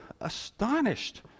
astonished